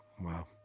Wow